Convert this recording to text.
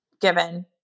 given